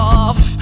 off